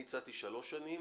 אני הצעתי שלוש שנים,